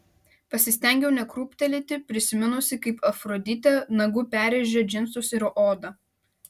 pasistengiau nekrūptelėti prisiminusi kaip afroditė nagu perrėžė džinsus ir odą